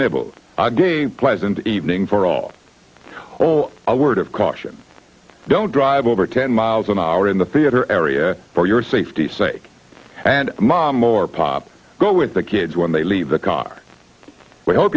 nibble day pleasant evening for all oh a word of caution don't drive over ten miles an hour in the theater area for your safety sake and mom or pop go with the kids when they leave the car i hope